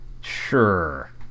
Sure